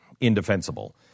indefensible